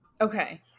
Okay